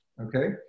okay